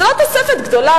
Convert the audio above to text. זו לא תוספת גדולה,